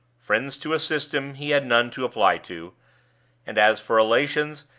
friends to assist him, he had none to apply to and as for relations,